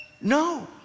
No